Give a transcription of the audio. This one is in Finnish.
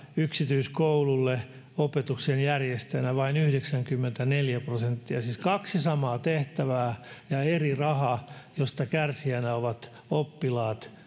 yksityiskoululle opetuksen järjestäjänä vain yhdeksänkymmentäneljä prosenttia siis kaksi samaa tehtävää ja eri raha mistä kärsijänä ovat oppilaat